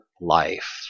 Life